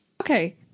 Okay